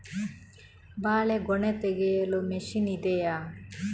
ಬಾಳೆಗೊನೆ ತೆಗೆಯಲು ಮಷೀನ್ ಇದೆಯಾ?